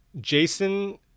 Jason